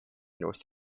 north